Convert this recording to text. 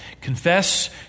Confess